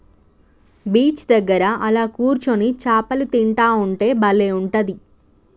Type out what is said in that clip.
beach దగ్గర అలా కూర్చొని చాపలు తింటా ఉంటే బలే ఉంటది